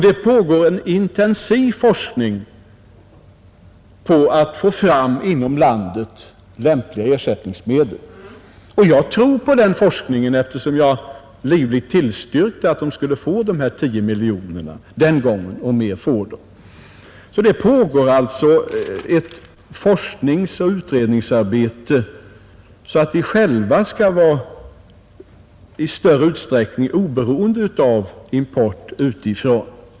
Det pågår en intensiv forskning för att inom landet få fram lämpliga ersättningsmedel. Jag tror på denna forskning, som jag livligt har tillstyrkt. Ett forskningsoch utredningsarbete pågår alltså för att vi själva i större utsträckning skall vara oberoende av import utifrån.